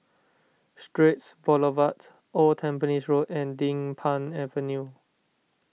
Straits Boulevard Old Tampines Road and Din Pang Avenue